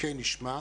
כן נשמע,